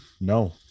No